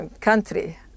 country